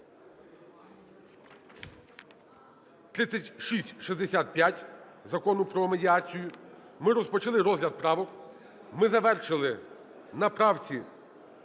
3665 - Закону про медіацію. Ми розпочали розгляд правок. Ми завершили на правці